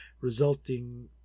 resulting